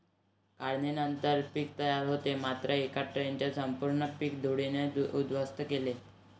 काढणीनंतर पीक तयार होते मात्र एका ट्रकने संपूर्ण पीक धुळीने उद्ध्वस्त केले